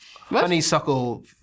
honeysuckle